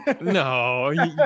No